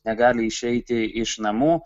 negali išeiti iš namų